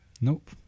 Nope